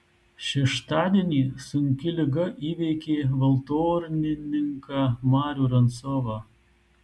šeštadienį sunki liga įveikė valtornininką marių rancovą